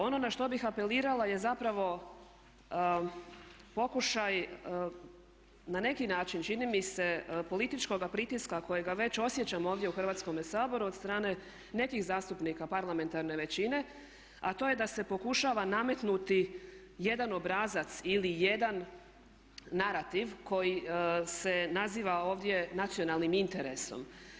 Ono na što bih apelirala je zapravo pokušaj na neki način čini mi se političkoga pritiska kojega već osjećamo ovdje u Hrvatskome saboru od strane nekih zastupnika parlamentarne većine, a to je da se pokušava nametnuti jedan obrazac ili jedan narativ koji se naziva ovdje nacionalnim interesom.